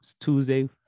Tuesday